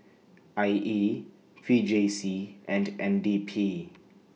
I E V J C and N D P